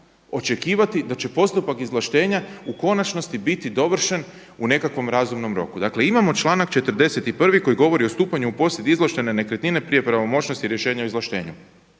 očekivati da će postupak izvlaštenja u konačnosti biti dovršen u nekakvom razumnom roku. Dakle imamo članak 41. koji govori o …/Govornik se ne razumije./… izvlaštene nekretnine prije pravomoćnosti rješenja o izvlaštenju,